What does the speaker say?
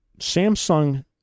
Samsung